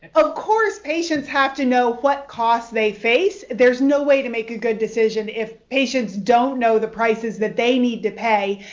of course, patients have to know what costs they face. there's no way to make a good decision if patients don't know the prices that they need to pay.